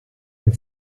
and